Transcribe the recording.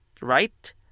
right